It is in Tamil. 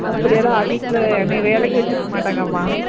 அப்படியெல்லாம் ஆஃபீஸில் என்னை வேலைக்கு வைச்சிருக்க மாட்டாங்கம்மா